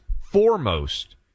foremost